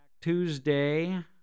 tuesday